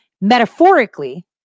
Metaphorically